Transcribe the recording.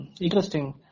interesting